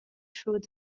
though